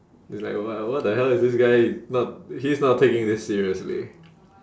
it's like what what the hell is this guy not he's not taking this seriously